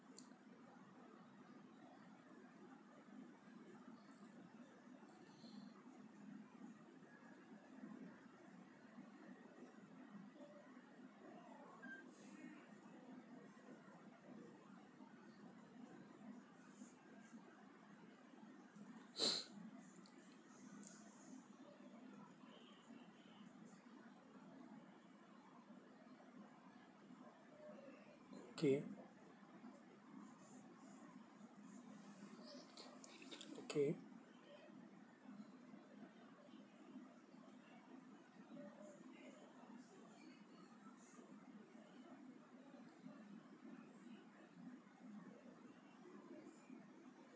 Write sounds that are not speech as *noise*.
*noise* okay okay